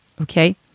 okay